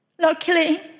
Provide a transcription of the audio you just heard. Luckily